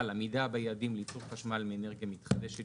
על עמידה ביעדים לייצור חשמל מאנרגיה מתחדשת